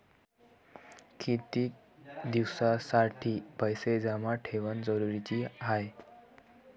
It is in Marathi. कितीक दिसासाठी पैसे जमा ठेवणं जरुरीच हाय?